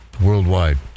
worldwide